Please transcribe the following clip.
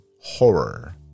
horror